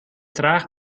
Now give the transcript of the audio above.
traag